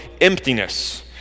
emptiness